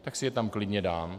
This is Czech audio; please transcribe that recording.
Tak si je tam klidně dám.